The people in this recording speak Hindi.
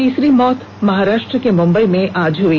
तीसरी मौत महाराष्ट्र के मुंबई में आज हई